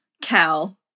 Cal